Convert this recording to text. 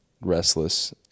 restless